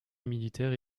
militaires